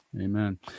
Amen